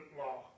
law